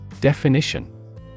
Definition